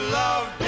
love